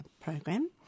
program